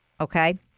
okay